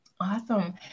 Awesome